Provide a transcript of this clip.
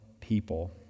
people